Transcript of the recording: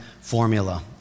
formula